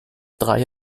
drei